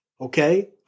Okay